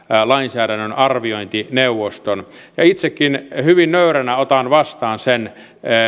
lainsäädännön arviointineuvoston itsekin hyvin nöyränä otan vastaan sen